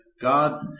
God